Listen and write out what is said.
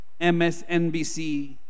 MSNBC